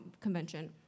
convention